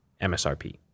MSRP